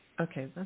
Okay